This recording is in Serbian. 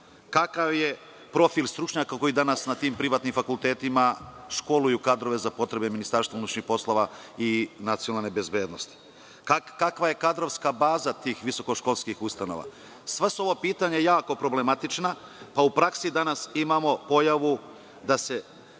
kakav je profil stručnjaka koji danas na tim privatnim fakultetima školuju kadrove za potrebe Ministarstva unutrašnjih poslova i nacionalne bezbednosti, kakva je kadrovska baza tih visokoškolskih ustanova. Sva su ova pitanja jako problematična, pa u praksi danas imamo pojavu da se